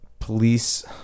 Police